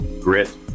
grit